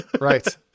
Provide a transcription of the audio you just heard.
right